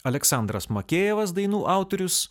aleksandras makejevas dainų autorius